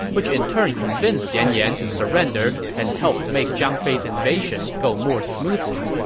which in turned convinced yan yan to surrender and help make zhang fei's invasion go more smoothly